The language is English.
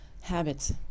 Habits